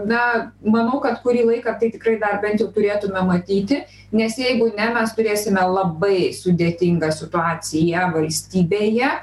na manau kad kurį laiką tai tikrai dar bent jau turėtume matyti nes jeigu ne mes turėsime labai sudėtingą situaciją valstybėje